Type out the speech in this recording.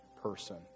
person